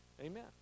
Amen